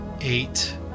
eight